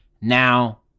Now